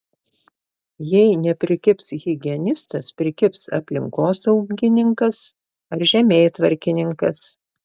jei neprikibs higienistas prikibs aplinkosaugininkas ar žemėtvarkininkas